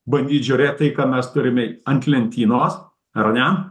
bandyt žiūrėt tai ką mes turime ant lentynos ar ne